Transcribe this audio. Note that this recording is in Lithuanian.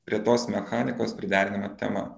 prie tos mechanikos prideriname temą